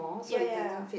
ya ya ya